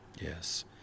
Yes